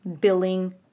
billing